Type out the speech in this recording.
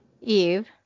Eve